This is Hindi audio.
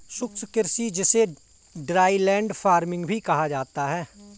शुष्क कृषि जिसे ड्राईलैंड फार्मिंग भी कहा जाता है